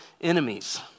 enemies